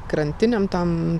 krantinėm tom